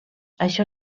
això